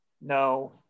no